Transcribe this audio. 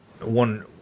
one